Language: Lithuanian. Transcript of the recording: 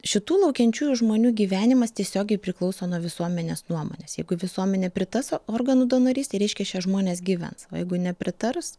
šitų laukiančiųjų žmonių gyvenimas tiesiogiai priklauso nuo visuomenės nuomonės jeigu visuomenė pritars organų donorystei reiškia šie žmonės gyvens o jeigu nepritars